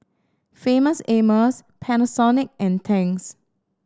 Famous Amos Panasonic and Tangs